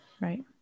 Right